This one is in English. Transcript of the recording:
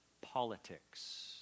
politics